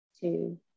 two